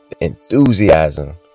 enthusiasm